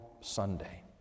Sunday